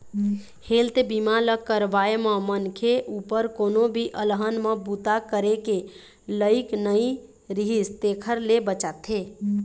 health बीमा ल करवाए म मनखे उपर कोनो भी अलहन म बूता करे के लइक नइ रिहिस तेखर ले बचाथे